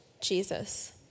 Jesus